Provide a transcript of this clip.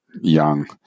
young